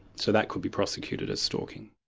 so that could be prosecuted as stalking.